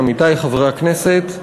עמיתי חברי הכנסת,